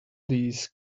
these